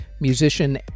Musician